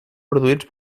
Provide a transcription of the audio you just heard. produïts